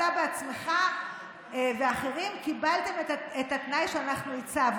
אתה בעצמך ואחרים קיבלתם את התנאי שאנחנו הצבנו.